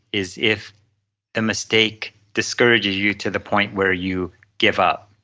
is if a mistake discourages you to the point where you give up